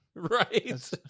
Right